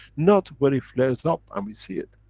not where it flares up and we see it.